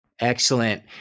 Excellent